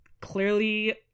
clearly